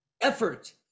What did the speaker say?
effort